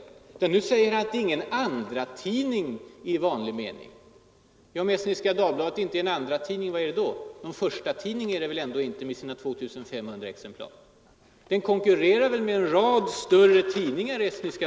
Nu säger han i stället att det inte är fråga om en ”andratidning” i vanlig mening. Men om Estniska Dagbladet inte är någon ”andratidning”, vad är det då? Någon ”förstatidning” är det väl ändå inte med sin upplaga på 2 500 exemplar? Den konkurrerar med en rad större tidningar.